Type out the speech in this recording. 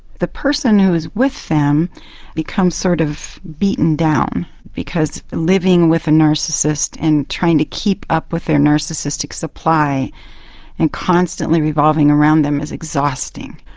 the person who is with them becomes sort of beaten down because living with a narcissist and trying to keep up with their narcissistic supply and constantly revolving around them is exhausting.